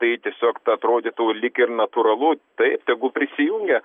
tai tiesiog ta atrodytų lyg ir natūralu taip tegu prisijungia